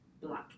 black